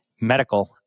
medical